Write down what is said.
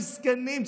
מסכנים,